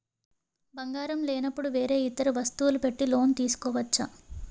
బంగారం లేనపుడు వేరే ఇతర వస్తువులు పెట్టి లోన్ తీసుకోవచ్చా?